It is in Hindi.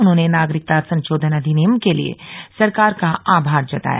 उन्होंने नागरिकता संशोधन अधिनियम के लिए सरकार का आमार जताया